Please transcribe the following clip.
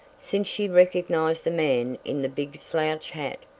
since she recognized the man in the big slouch hat.